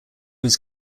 was